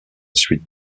suite